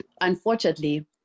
unfortunately